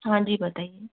हाँ जी बताइए